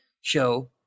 show